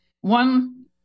One